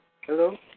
Hello